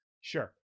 sure